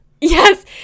Yes